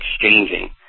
exchanging